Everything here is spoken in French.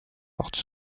porte